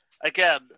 again